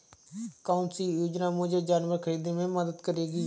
कौन सी योजना मुझे जानवर ख़रीदने में मदद करेगी?